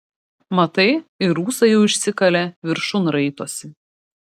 matai ir ūsai jau išsikalė viršun raitosi